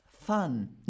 fun